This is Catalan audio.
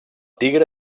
tigre